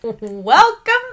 Welcome